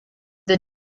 the